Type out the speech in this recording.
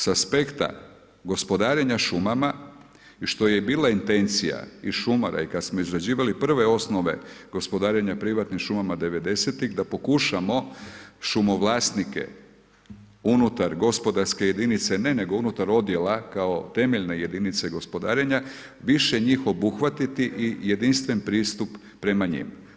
Sa aspekta gospodarenja šumama i što je i bila intencija i šumara i kad smo izrađivali prve osnove gospodarenja privatnim šumama devedesetih da pokušamo šumo vlasnike unutar gospodarske jedinice ne, nego unutar odjela kao temeljne jedinice gospodarenja više njih obuhvatiti i jedinstven pristup prema njima.